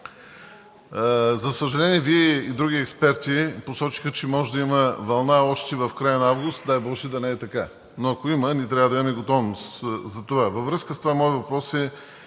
За съжаление, Вие и други експерти посочихте, че може да има вълна още в края на август. Дай боже, да не е така, но ако има, ние трябва да имаме готовност за това. Във връзка с това моят въпрос е: